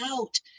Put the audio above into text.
out